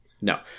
No